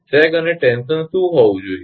sag અને tension શું હોવું જોઈએ